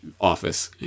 office